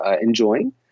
enjoying